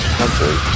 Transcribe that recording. country